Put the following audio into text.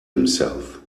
himself